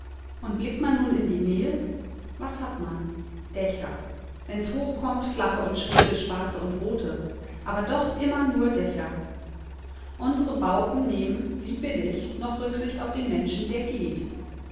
und blickt man nun in die nähe was hat man dächer wenn's hoch kommt flache und schräge schwarze und rote aber doch immer nur dächer unsere bauten nehmen wie billig noch rücksicht auf den menschen der geht